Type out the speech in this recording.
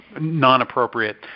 non-appropriate